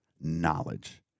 knowledge